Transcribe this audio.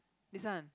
this one